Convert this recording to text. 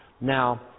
Now